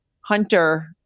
hunter